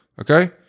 Okay